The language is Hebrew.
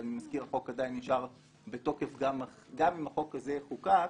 ואני מזכיר שגם אם החוק הזה יחוקק,